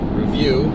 review